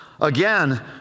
again